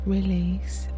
Release